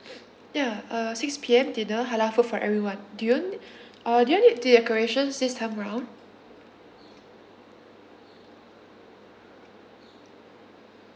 ya uh six P_M dinner halal food for everyone do you nee~ uh do you need decoration this time round